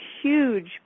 huge